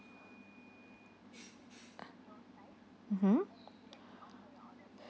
mmhmm